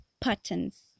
patterns